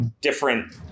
different